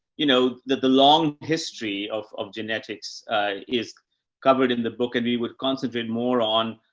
you know, that the long history of, of genetics is covered in the book and we would concentrate more on,